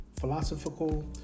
philosophical